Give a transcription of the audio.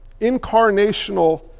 Incarnational